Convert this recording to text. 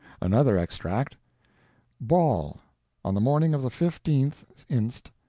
another extract ball on the morning of the fifteenth inst,